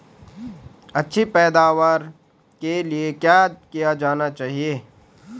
अच्छी पैदावार के लिए क्या किया जाना चाहिए?